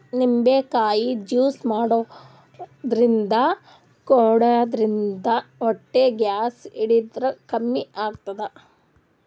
ನಿಂಬಿಕಾಯಿ ಜ್ಯೂಸ್ ಮಾಡ್ಕೊಂಡ್ ಕುಡ್ಯದ್ರಿನ್ದ ಹೊಟ್ಟಿ ಗ್ಯಾಸ್ ಹಿಡದ್ರ್ ಕಮ್ಮಿ ಆತದ್